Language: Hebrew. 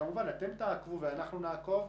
כמובן שאתם תעקבו ואנחנו נעקוב.